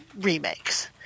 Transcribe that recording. remakes